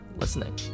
listening